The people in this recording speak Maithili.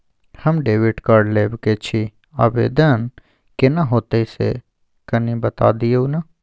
हम डेबिट कार्ड लेब के छि, आवेदन केना होतै से कनी बता दिय न?